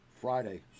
Friday